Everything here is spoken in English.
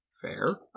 fair